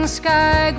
sky